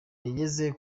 yageze